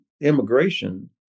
immigration